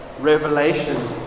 revelation